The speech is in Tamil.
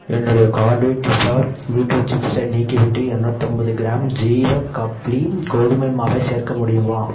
என்னுடைய கார்டில் டிபா பீட்ரூட் சிப்ஸை நீக்கிவிட்டு இரநூத்தம்பது க்ராம் ஜீவ கப்லின் கோதுமை மாவை சேர்க்க முடியுமா